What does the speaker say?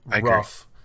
rough